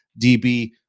DB